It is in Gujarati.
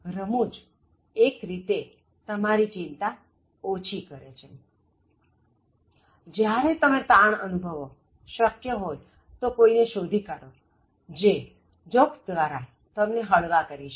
રમૂજ એક રીતે તમારી ચિંતા ઓછી કરે છે જ્યારે તમે તાણ અનુભવો શક્ય હોય તો કોઇ ને શોધી કાઢો જે જોક્સ દ્વારા તમને હળવા કરી શકે